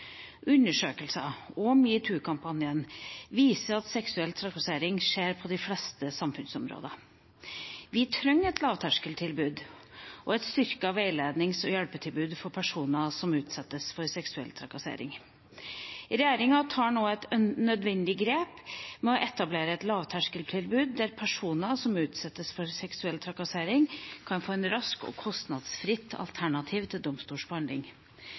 Undersøkelser og metoo-kampanjen viser at seksuell trakassering skjer på de fleste samfunnsområder. Vi trenger et lavterskeltilbud og et styrket veilednings- og hjelpetilbud for personer som utsettes for seksuell trakassering. Regjeringa tar nå et nødvendig grep ved å etablere et lavterskeltilbud der personer som utsettes for seksuell trakassering, kan få et raskt og kostnadsfritt alternativ til domstolsbehandling.